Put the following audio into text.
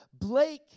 Blake